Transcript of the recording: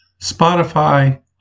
Spotify